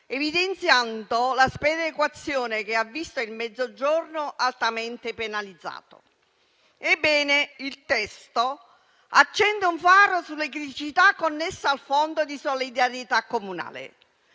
evidenziando la sperequazione che ha visto il Mezzogiorno altamente penalizzato. Ebbene, il testo accende un faro sulle criticità connesse al Fondo di solidarietà comunale,